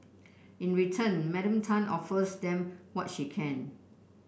in return Madam Tan offers them what she can